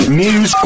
news